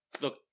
Look